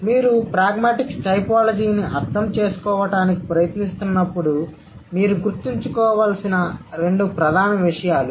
కాబట్టి మీరు ప్రాగ్మాటిక్స్ టైపోలాజీని అర్థం చేసుకోవడానికి ప్రయత్నిస్తున్నప్పుడు మీరు గుర్తుంచుకోవలసిన రెండు ప్రధాన విషయాలు